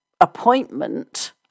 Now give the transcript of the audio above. appointment